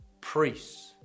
Priests